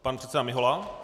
Pan předseda Mihola.